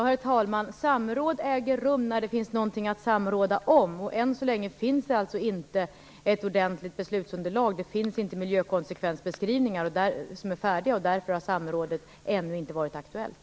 Herr talman! Samråd äger rum när det finns någonting att samråda om. Än så länge finns det alltså inget ordentligt beslutsunderlag, och inga miljökonsekvensbeskrivningar är färdiga. Därför har samråd ännu inte varit aktuellt.